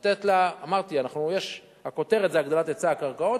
אמרתי: הכותרת היא "הגדלת היצע הקרקעות",